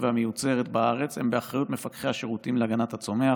והמיוצרת בארץ היא באחריות מפקחי השירותים להגנת הצומח,